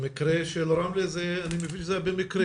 במקרה של רמלה, אני מבין שזה התגלה במקרה.